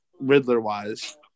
Riddler-wise